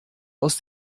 aus